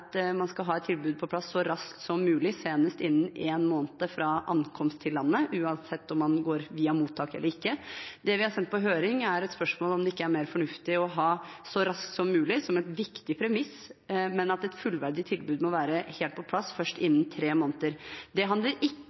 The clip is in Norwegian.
man skal ha et tilbud på plass så raskt som mulig, senest innen én måned fra ankomst i landet, uansett om man går via mottak eller ikke. Det vi har sendt på høring, er et spørsmål om det ikke er mer fornuftig å ha «så raskt som mulig» som en viktig premiss, men at et fullverdig tilbud må være helt på plass først innen tre måneder. Det handler ikke